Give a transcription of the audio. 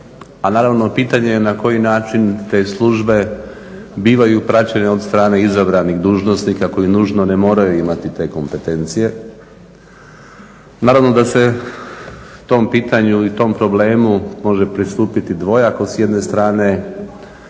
A naravno pitanje je na koji način te službe bivaju praćene od strane izabranih dužnosnika koji nužno ne moraju imati te kompetencije. Naravno da se tom pitanju ili tom problemu može pristupiti dvojako. S jedne strane